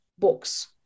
books